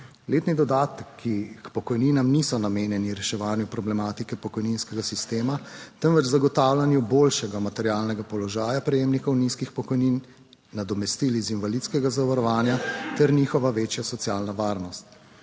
Letni dodatki k pokojninam niso namenjeni reševanju problematike pokojninskega sistema, temveč zagotavljanju boljšega materialnega položaja prejemnikov nizkih pokojnin. Nadomestil iz invalidskega zavarovanja ter njihova večja socialna varnost.